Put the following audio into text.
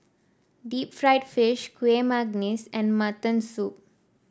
Deep Fried Fish Kueh Manggis and Mutton Soup